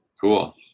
Cool